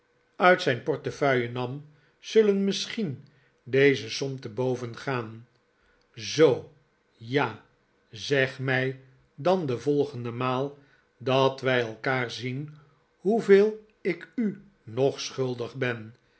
uit zijn portefeuille nam zullen misschien deze som te bo ven gaan zoo ja zeg mij dan de volgende maal dat wij elkaar zien hoeveel ik u nog schuldig ben